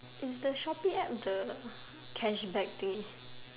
is the Shopee App the cashback thing